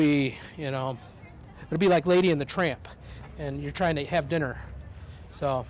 be you know maybe like lady in the tramp and you're trying to have dinner so